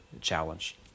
challenge